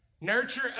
Nurture